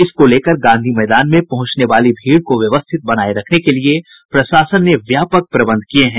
इसको लेकर गांधी मैदान में पहुंचने वाली भीड़ को व्यवस्थित बनाये रखने के लिए प्रशासन ने व्यापक प्रबंध किये हैं